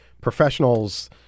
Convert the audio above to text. professionals